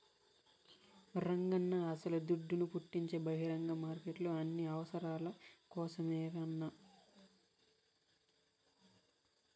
రంగన్నా అస్సల దుడ్డును పుట్టించే బహిరంగ మార్కెట్లు అన్ని అవసరాల కోసరమేనన్నా